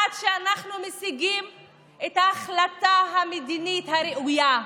עד שאנחנו נשיג את ההחלטה המדינית הראויה.